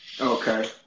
Okay